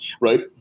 Right